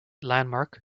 landmark